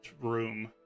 room